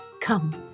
come